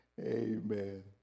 Amen